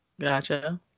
Gotcha